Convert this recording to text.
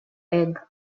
egg